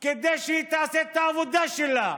כדי שהיא תעשה את העבודה שלה,